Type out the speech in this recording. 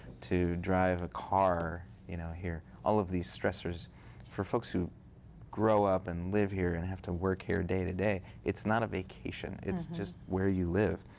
to drive a car you know here. all of these stressors for folks who grow up and live here and have to work here day-to-day. it's not a vacation. it's just where you live.